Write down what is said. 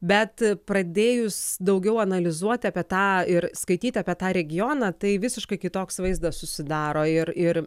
bet pradėjus daugiau analizuoti apie tą ir skaityti apie tą regioną tai visiškai kitoks vaizdas susidaro ir ir